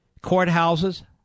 courthouses